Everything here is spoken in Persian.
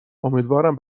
امیدوارم